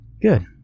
Good